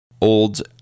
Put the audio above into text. Old